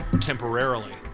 temporarily